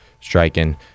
striking